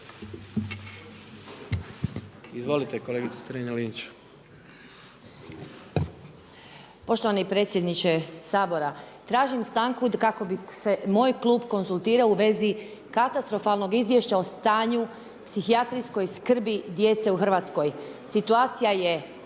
Ines (MOST)** Poštovani predsjedniče Sabora, tražim stanku kako bi se moj klub konzultirao u vezi katastrofalnog izvješća o stanju u psihijatrijskom skrbi djece u Hrvatskoj. Na situaciju je